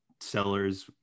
sellers